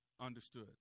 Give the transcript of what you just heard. understood